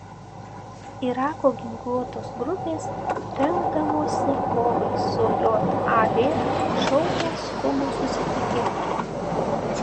irako ginkluotos grupės rengdamosi kovai su jav šaukia skubų susitikimą